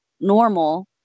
normal